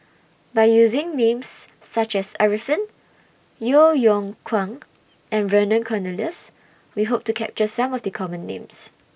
By using Names such as Arifin Yeo Yeow Kwang and Vernon Cornelius We Hope to capture Some of The Common Names